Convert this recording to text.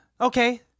Okay